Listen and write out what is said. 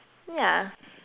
yeah